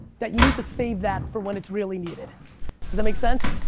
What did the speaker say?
that you need to save that for when it's really needed. does that make sense?